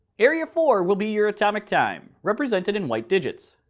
area four will be your atomic time, represented in white digits.